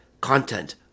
content